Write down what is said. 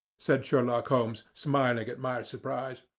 said sherlock holmes, smiling at my surprise.